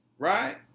Right